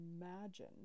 imagine